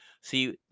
See